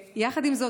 יחד עם זאת,